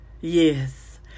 Yes